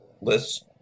lists